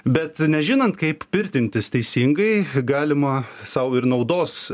bet nežinant kaip pirtintis teisingai galima sau ir naudos